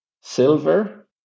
Silver